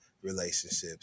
relationships